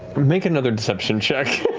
make another deception check.